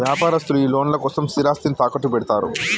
వ్యాపారస్తులు ఈ లోన్ల కోసం స్థిరాస్తిని తాకట్టుపెడ్తరు